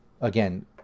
again